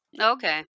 okay